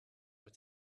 were